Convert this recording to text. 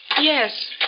Yes